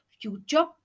future